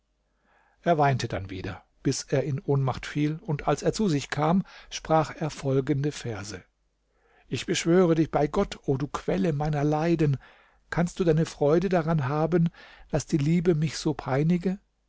er weinte dann wieder bis er in ohnmacht fiel und als er zu sich kam sprach er folgende verse ich beschwöre dich bei gott o du quelle meiner leiden kannst du deine freude daran haben daß die liebe mich so peinige